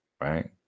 right